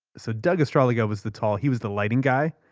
so doug astralaga was the tall he was the lighting guy.